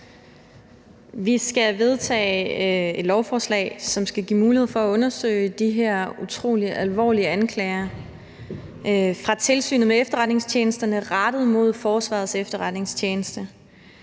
Vi skal vedtage et lovforslag, som skal give mulighed for at undersøge de her utrolig alvorlige anklager fra Tilsynet med Efterretningstjenesterne rettet mod Forsvarets Efterretningstjeneste.